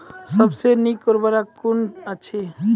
सबसे नीक उर्वरक कून अछि?